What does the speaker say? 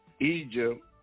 Egypt